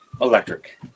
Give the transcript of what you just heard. electric